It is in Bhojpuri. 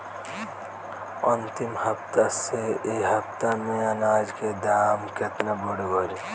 अंतिम हफ्ता से ए हफ्ता मे अनाज के दाम केतना बढ़ गएल?